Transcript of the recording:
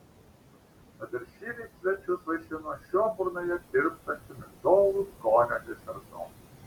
tad ir šįryt svečius vaišino šiuo burnoje tirpstančiu migdolų skonio desertu